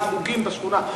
עם חוקים בשכונה.